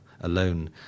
Alone